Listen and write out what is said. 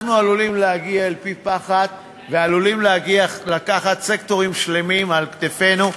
אנחנו עלולים להגיע אל פי פחת ועלולים לקחת סקטורים שלמים על כתפינו.